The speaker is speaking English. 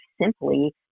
simply